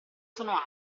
sono